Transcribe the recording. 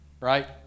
right